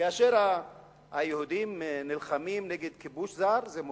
כאשר היהודים נלחמים נגד כיבוש זר, זה מותר.